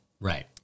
Right